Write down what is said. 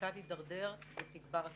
המצב ידרדר ותגבר התמותה.